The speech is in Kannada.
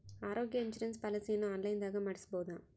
ಆರೋಗ್ಯ ಇನ್ಸುರೆನ್ಸ್ ಪಾಲಿಸಿಯನ್ನು ಆನ್ಲೈನಿನಾಗ ಮಾಡಿಸ್ಬೋದ?